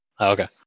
Okay